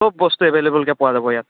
চব বস্তুৱে এভেইলেবুলকৈ পোৱা যাব ইয়াত